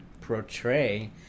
portray